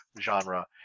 genre